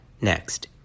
next